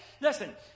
Listen